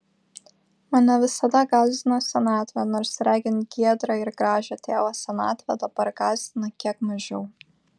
mane visada gąsdino senatvė nors regint giedrą ir gražią tėvo senatvę dabar gąsdina kiek mažiau